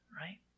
right